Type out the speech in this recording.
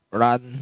run